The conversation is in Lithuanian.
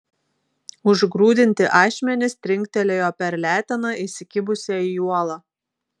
užgrūdinti ašmenys trinktelėjo per leteną įsikibusią į uolą